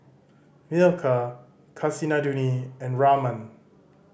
Milkha Kasinadhuni and Raman